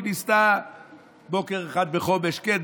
היא ניסתה בוקר אחד בחומש כן,